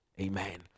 Amen